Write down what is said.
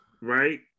right